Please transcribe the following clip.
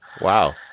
Wow